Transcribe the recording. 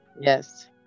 Yes